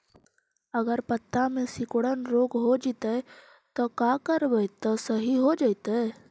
अगर पत्ता में सिकुड़न रोग हो जैतै त का करबै त सहि हो जैतै?